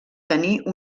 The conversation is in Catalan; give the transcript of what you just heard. tenir